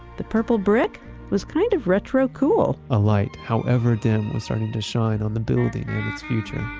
the purple brick was kind of retro-cool. a light however dim was starting to shine on the building and its future.